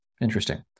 interesting